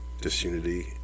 disunity